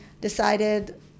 decided